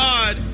God